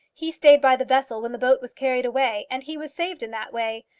he stayed by the vessel when the boat was carried away, and he was saved in that way.